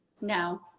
No